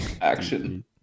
action